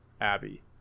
Abby